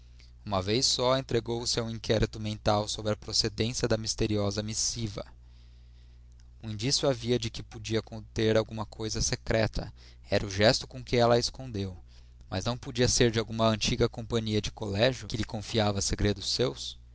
uma vez só entregou-se a um inquérito mental sobre a procedência da misteriosa missiva um indício havia de que podia conter alguma coisa secreta era o gesto com que ela a escondeu mas não podia ser de alguma antiga companheira do colégio que lhe confiava segredos seus